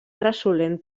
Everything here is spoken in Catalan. resolent